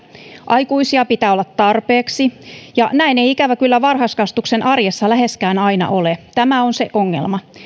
aikuisia pitää olla tarpeeksi ja näin ei ikävä kyllä varhaiskasvatuksen arjessa läheskään aina ole tämä on se ongelma